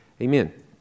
Amen